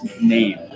name